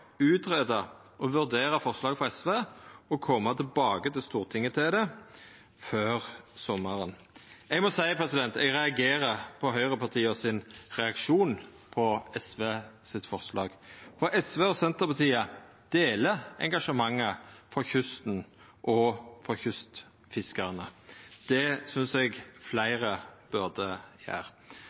vurdera forslaget frå SV og koma tilbake til Stortinget med det før sommaren. Eg må seia at eg reagerer på høgrepartia sin reaksjon på SV sitt forslag. SV og Senterpartiet deler engasjementet frå kysten og frå kystfiskarane. Det synest eg fleire burde